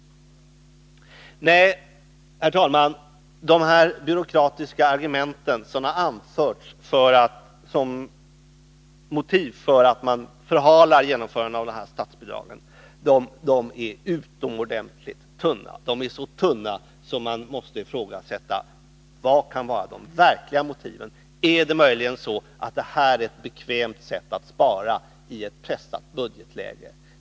Nej, herr talman, de byråkratiska argument som har anförts som motiv för att förhala genomförandet av det här statsbidraget är utomordentligt tunna — så tunna att man måste ifrågasätta vad som kan vara de verkliga motiven. Är detta möjligen ett bekvämt sätt att spara i ett pressat budgetläge?